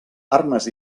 armes